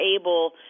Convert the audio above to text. able